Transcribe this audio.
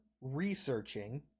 researching